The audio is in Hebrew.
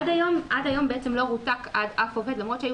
עד היום בעצם לא רותק אף עובד למרות שהיו